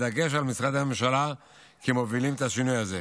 בדגש על משרדי הממשלה כמובילים את השינוי הזה.